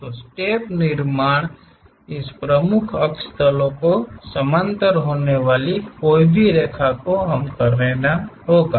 तो स्टेप निर्माण इस प्रमुख अक्ष तलो के समानांतर होने वाली कोई भी रेखा को हमें करना होगा